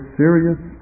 serious